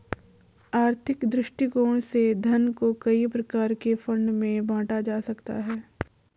आर्थिक दृष्टिकोण से धन को कई प्रकार के फंड में बांटा जा सकता है